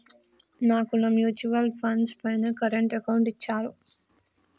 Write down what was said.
నాకున్న mutual funds పైన current account ఇచ్చారు